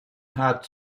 had